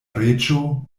reĝo